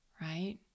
right